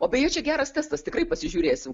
o beje čia geras testas tikrai pasižiūrėsim